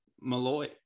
Malloy